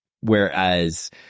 Whereas